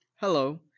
Hello